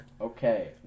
Okay